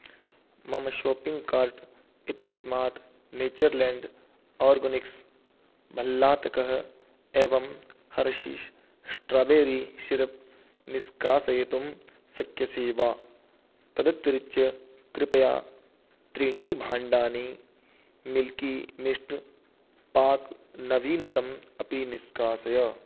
मम shopping cart इत्यस्मात् Nature Land Organics भल्लातकः एवं हर्शीष् स्ट्राबेरी शिरप् निष्कासयितुं शक्यसे वा तदतिरिच्य कृपया त्रीणि भाण्डानि मिल्की मिस्ट् पाक् नवनीतम् अपि निष्कासय